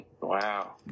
Wow